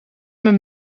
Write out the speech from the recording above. mijn